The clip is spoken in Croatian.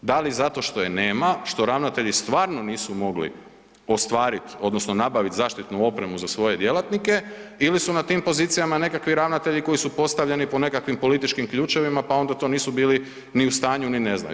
Da li zato što je nema, što ravnatelji stvarno nisu mogli ostvarit odnosno nabavit zaštitnu opremu za svoje djelatnike ili su na tim pozicijama nekakvi ravnatelji koji su postavljeni po nekakvim političkim ključevima, pa onda to nisu bili ni u stanju, ni ne znaju.